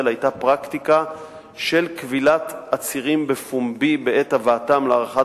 היתה פרקטיקה של כבילת עצירים בפומבי בעת הבאתם להארכת